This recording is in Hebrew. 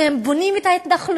כי הם בונים את ההתנחלויות,